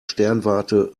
sternwarte